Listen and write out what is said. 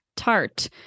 tart